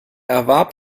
erwarb